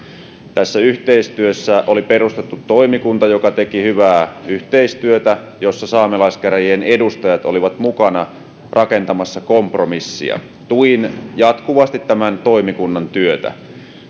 tässä yhteistyössä oli perustettu toimikunta joka teki hyvää yhteistyötä ja jossa saamelaiskäräjien edustajat olivat mukana rakentamassa kompromissia tuin jatkuvasti toimikunnan työtä